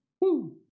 Woo